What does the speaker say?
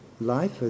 life